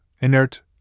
inert